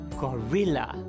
gorilla